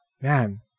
man